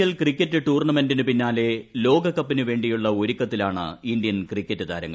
L cricket ടൂർണമെന്റിനു പിന്നാലെ ലോകകപ്പിനുവേണ്ടിയുള്ള ഒരുക്കത്തിലാണ് ഇന്ത്യൻ ക്രിക്കറ്റ് താരങ്ങൾ